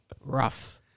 Rough